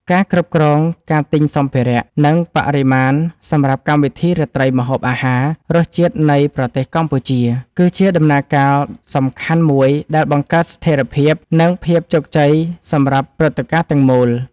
ការគ្រប់គ្រងការទិញសំភារៈ និងបរិមាណសម្រាប់កម្មវិធីរាត្រីម្ហូបអាហារ “រសជាតិនៃប្រទេសកម្ពុជា” គឺជាដំណាក់កាលសំខាន់មួយដែលបង្កើតស្ថេរភាព និងភាពជោគជ័យសម្រាប់ព្រឹត្តិការណ៍ទាំងមូល។